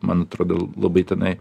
man atrodo labai tenai